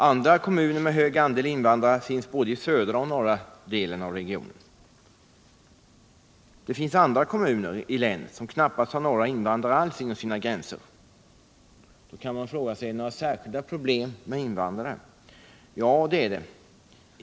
Andra kommuner med stor andel invandrare finns i både södra och norra delen av regionen. En del andra kommuner i länet har knappast några invandrare alls inom sina gränser. Nå, är det då några särskilda problem med invandrare? Ja, det är det.